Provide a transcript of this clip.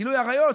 גילוי עריות,